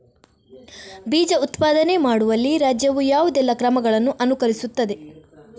ಬೀಜ ಉತ್ಪಾದನೆ ಮಾಡುವಲ್ಲಿ ರಾಜ್ಯವು ಯಾವುದೆಲ್ಲ ಕ್ರಮಗಳನ್ನು ಅನುಕರಿಸುತ್ತದೆ?